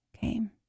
came